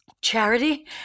Charity